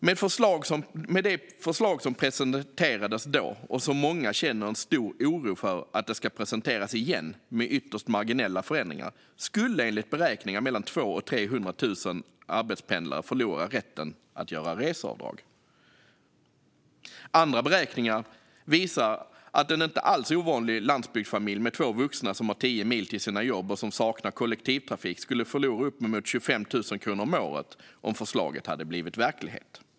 Med det förslag som presenterades då, och som många känner en stor oro för att det ska presenteras igen med ytterst marginella förändringar, skulle enligt beräkningar 200 000-300 000 arbetspendlare förlora rätten att göra reseavdrag. Andra beräkningar visar att en inte alls ovanlig landsbygdsfamilj med två vuxna som har tio mil till sina jobb och som saknar kollektivtrafik skulle förlora uppemot 25 000 kronor om året om förslaget hade blivit verklighet.